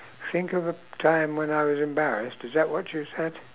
think of a time when I was embarrassed is that what you said